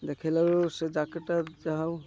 ଦେଖେଇଲା ବେଳୁ ସେ ଜ୍ୟାକେଟ୍ଟା ଯାହାଉ